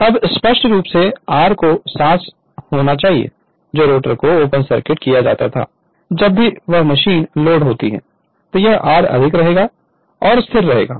अब स्पष्ट रूप से r को सास होना चाहिए जब रोटर को ओपन सर्किट किया गया था तब भी जब मशीन लोड होती है तो यह r अधिक रहेगा या स्थिर रहेगा